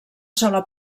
sola